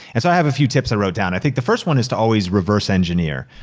and so, i have a few tips i wrote down. i think the first one is to always reverse-engineer.